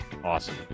Awesome